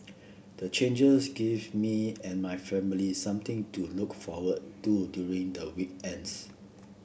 the changes give me and my family something to look forward to during the weekends